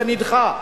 זה נדחה.